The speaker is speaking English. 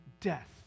death